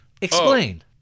Explain